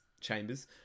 chambers